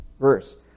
verse